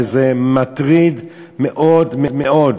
וזה מטריד מאוד מאוד.